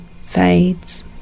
fades